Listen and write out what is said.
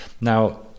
Now